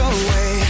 away